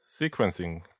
sequencing